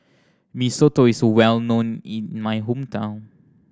Mee Soto is well known in my hometown